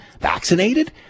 vaccinated